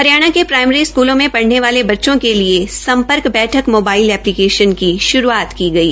हरियाणा के प्राइमरी स्कूलों में पढ़ने वाले बच्चों के लिए सम्पर्क बैठक मोबाइल ऐप्लीकेशन की शुरूआत की गई